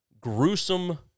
gruesome